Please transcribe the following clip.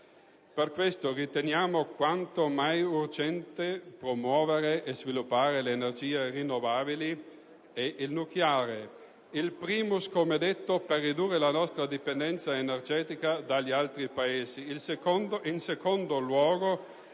Per questo riteniamo quanto mai urgente promuovere e sviluppare le energie rinnovabili ed il nucleare, *in primis*, come ho detto, per ridurre la nostra dipendenza energetica dagli altri Paesi,